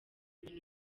ibintu